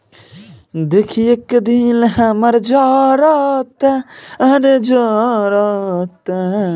UPI खाता से पइसा कइसे निकली तनि बताई?